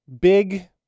big